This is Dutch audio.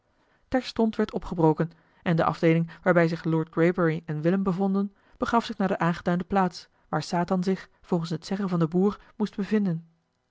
terstond werd opgebroken en de afdeeling waarbij zich lord eli heimans willem roda greybury en willem bevonden begaf zich naar de aangeduide plaats waar satan zich volgens het zeggen van den boer moest bevinden